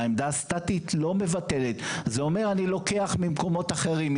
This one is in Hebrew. זה אומר שאני לוקח ממקומות אחרים,